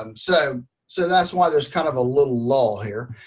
um so so that's why there's kind of a little lull here.